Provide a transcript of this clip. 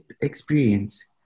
experience